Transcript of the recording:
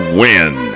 win